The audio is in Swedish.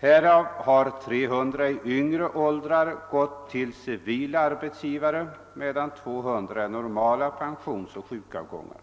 Härav har 300 i yngre åldrar gått till civil arbetsgivare, medan 200 är normala pensionsoch sjukavgångar.